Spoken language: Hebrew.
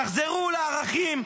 תחזרו לערכים,